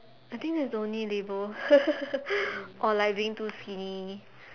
I think that's the only label or like being too skinny